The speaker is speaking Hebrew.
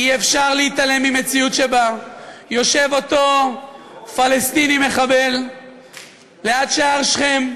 אי-אפשר להתעלם ממציאות שבה יושב אותו פלסטיני מחבל ליד שער שכם,